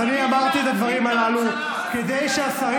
אז אני אמרתי את הדברים האלה כדי שהשרים